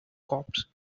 cops